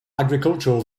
agricultural